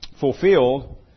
fulfilled